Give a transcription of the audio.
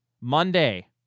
Monday